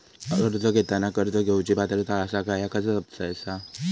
कर्ज घेताना कर्ज घेवची पात्रता आसा काय ह्या कसा तपासतात?